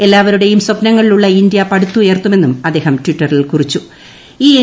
എല്ലാവരുടേയും സ്വപ്നങ്ങളിലുള്ള ഇന്ത്യ പടുത്തുയർത്തുമെന്നും അദ്ദേഹം ട്വിറ്ററിൽ എൻ